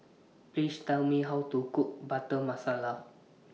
Please Tell Me How to Cook Butter Masala